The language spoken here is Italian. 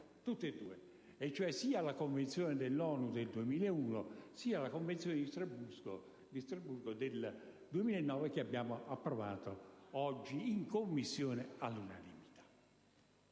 approvate: sia la Convenzione dell'ONU del 2001 sia la convenzione di Strasburgo del 2009, che abbiamo approvato oggi in Commissione all'unanimità.